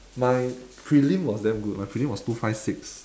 my prelim was damn good my prelim was two five six